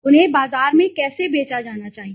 उन्हें बाजार में कैसे बेचा जाना चाहिए